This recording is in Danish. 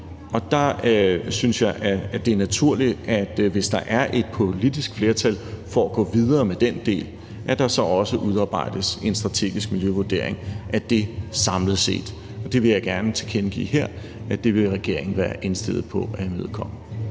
og der synes jeg, at det er naturligt, at hvis der er et politisk flertal for at gå videre med den del, udarbejdes der også en strategisk miljøvurdering af det samlet set, og det vil jeg gerne tilkendegive her at regeringen vil være indstillet på at imødekomme.